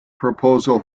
proposal